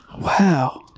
Wow